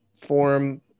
form